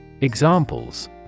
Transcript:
Examples